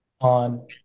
on